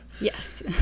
Yes